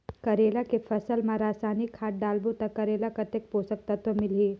करेला के फसल मा रसायनिक खाद डालबो ता करेला कतेक पोषक तत्व मिलही?